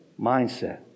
mindset